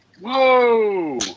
Whoa